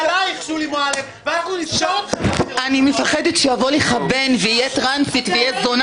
אני אגור, ברחוב?